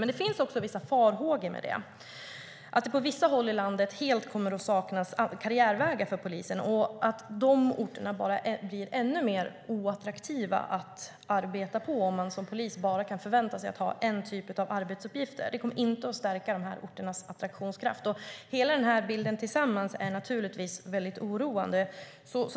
Men det finns också vissa farhågor. På vissa håll i landet kommer det helt att saknas karriärvägar för poliser, och de orterna blir ännu mer oattraktiva att arbeta på om man som polis bara kan förvänta sig en viss typ av arbetsuppgifter. Det kommer inte att stärka dessa orters attraktionskraft. Hela denna bild är sammantaget naturligtvis väldigt oroande.